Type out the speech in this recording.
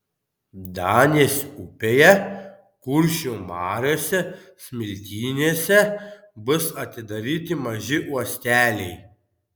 danės upėje kuršių mariose smiltynėse bus atidaryti maži uosteliai